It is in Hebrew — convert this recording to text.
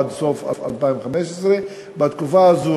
עד סוף 2015. בתקופה הזאת,